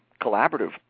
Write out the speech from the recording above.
collaborative